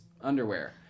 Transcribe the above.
underwear